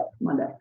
Monday